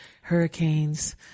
Hurricanes